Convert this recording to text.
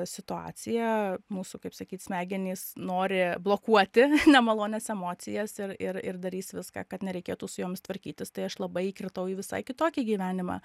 situacija mūsų kaip sakyt smegenys nori blokuoti nemalonias emocijas ir ir ir darys viską kad nereikėtų su jomis tvarkytis tai aš labai įkritau į visai kitokį gyvenimą